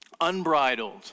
unbridled